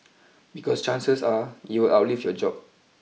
because chances are you will outlive your job